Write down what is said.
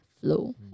flow